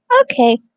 okay